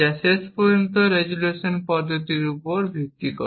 যা শেষ পর্যন্ত রেজোলিউশন পদ্ধতির উপর ভিত্তি করে